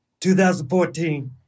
2014